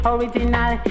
Original